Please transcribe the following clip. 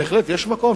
בהחלט יש מקום,